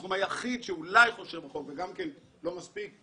התחום היחיד שאולי חושב רחוק וגם כן לא מספיק,